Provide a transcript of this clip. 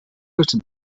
written